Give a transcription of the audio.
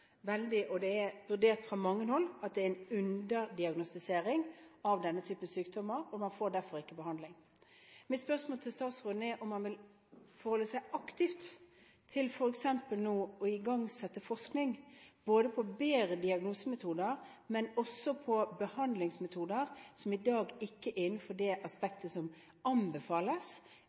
Det er vurdert fra mange hold som en underdiagnostisering av denne type sykdommer, og man får derfor ikke behandling. Mitt spørsmål til statsråden er om han vil forholde seg aktivt til f.eks. nå å igangsette forskning på bedre diagnosemetoder, men også på behandlingsmetoder, som i dag ikke er innenfor det aspektet som anbefales